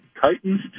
Titans